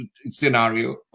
scenario